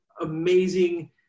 Amazing